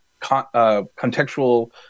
contextual